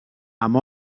amb